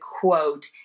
quote